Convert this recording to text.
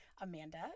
Amanda